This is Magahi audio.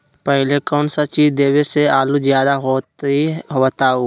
पहले कौन सा चीज देबे से आलू ज्यादा होती बताऊं?